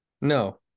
No